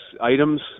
items